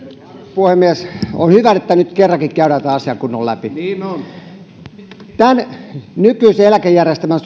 puhemies on hyvä että nyt kerrankin käydään tämä asia kunnolla läpi tämän nykyisen eläkejärjestelmän